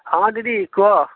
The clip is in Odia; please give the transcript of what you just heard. ହଁ ଦିଦି କୁହ